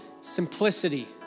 simplicity